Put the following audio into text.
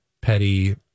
petty